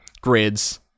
grids